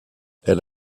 elle